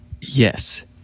Yes